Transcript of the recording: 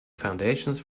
foundations